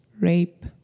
rape